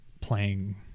playing